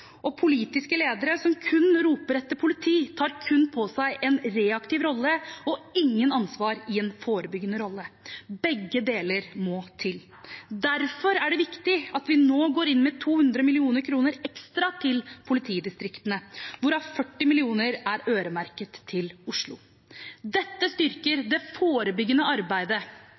Politiske ledere som kun roper etter politi, tar bare en reaktiv rolle og ikke noe ansvar i en forebyggende rolle. Begge deler må til. Derfor er det viktig at vi nå går inn med 200 mill. kr ekstra til politidistriktene, hvorav 40 mill. kr er øremerket til Oslo. Dette styrker det forebyggende arbeidet.